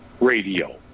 radio